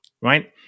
right